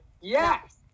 Yes